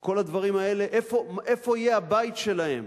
כל הדברים האלה, איפה יהיה הבית שלהם